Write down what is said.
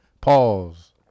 pause